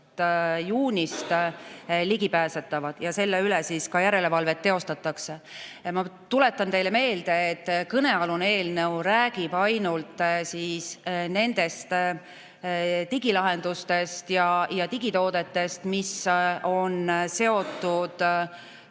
juunist ligipääsetavad ja selle üle ka järelevalvet teostatakse. Ma tuletan teile meelde, et kõnealune eelnõu räägib ainult nendest digilahendustest ja digitoodetest, mis on seotud